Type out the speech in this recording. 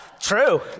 True